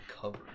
cover